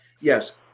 yes